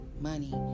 money